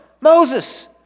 Moses